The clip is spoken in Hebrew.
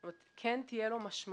זאת אומרת שכן תהיה לו משמעות